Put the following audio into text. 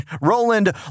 Roland